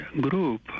group